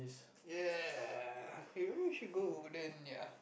ya maybe we should go over then ya